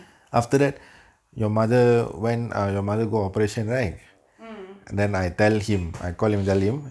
mm